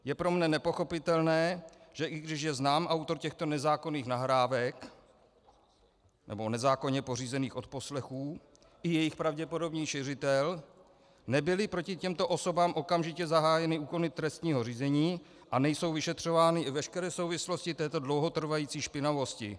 Je pro mne nepochopitelné, že i když je znám autor těchto nezákonných nahrávek, nebo nezákonně pořízených odposlechů, i jejich pravděpodobný šiřitel, nebyly proti těmto osobám okamžitě zahájeny úkony trestního řízení a nejsou vyšetřovány i veškeré souvislosti této dlouhotrvající špinavosti.